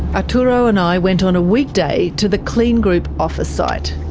arturo and i went on a weekday to the kleen group office site.